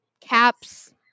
caps